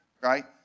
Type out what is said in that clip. right